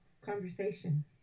conversation